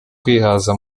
kwihaza